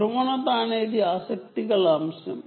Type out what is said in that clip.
polarisation అనేది ఆసక్తి గల అంశం